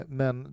men